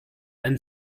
ein